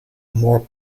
moor